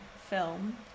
film